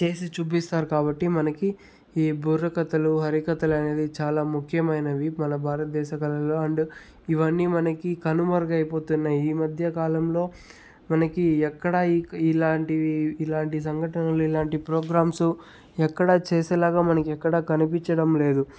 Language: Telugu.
చేసి చూపిస్తారు కాబట్టి మనకి ఈ బుర్రకథలు హరికథలనేది చాలా ముఖ్యమైనవి మన భారతదేశ కళలో అండ్ ఇవన్నీ మనకి కనుమరుగైపోతున్నాయి ఈ మధ్యకాలంలో మనకి ఎక్కడా ఇక్ ఇలాంటివి ఇలాంటి సంఘటనలు ఇలాంటి ప్రోగ్రామ్సు ఎక్కడ చేసేలాగా మనకి ఎక్కడ కనిపించడం లేదు